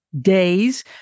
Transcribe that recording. days